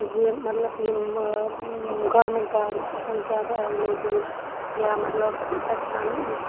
زٕ مَطلَب یِم گورمینٹ گاڑِ تھایہِ ہَن زیادٕ ایویلیبٕل یا مَطلَب دَپہَن